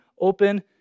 open